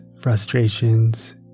frustrations